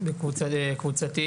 אז קודם כל,